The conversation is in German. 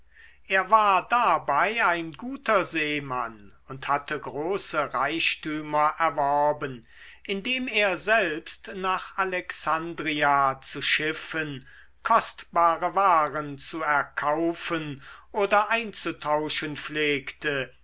er war dabei ein guter seemann und hatte große reichtümer erworben indem er selbst nach alexandria zu schiffen kostbare waren zu erkaufen oder einzutauschen pflegte